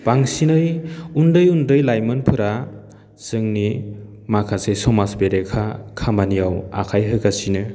बांसिनै उन्दै उन्दै लाइमोनफोरा जोंनि माखासे समाज बेरेखा खामानियाव आखाय होगासिनो